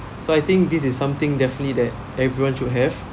so I think this is something definitely that everyone should have